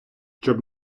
щоб